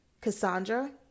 Cassandra